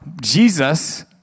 Jesus